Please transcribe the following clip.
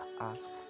Ask